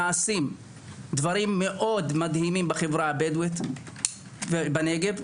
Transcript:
נעשים דברים מדהימים בחברה הבדואית בנגב,